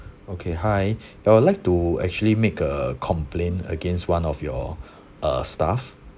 okay hi I would like to actually make a complaint against one of your uh staff